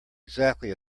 exactly